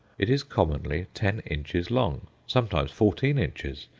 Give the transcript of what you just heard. it is commonly ten inches long, sometimes fourteen inches,